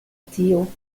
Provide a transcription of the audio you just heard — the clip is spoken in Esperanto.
tio